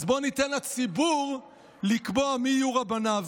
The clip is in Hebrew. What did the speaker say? אז בואו ניתן לציבור לקבוע מי יהיו רבניו.